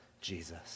Jesus